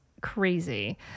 crazy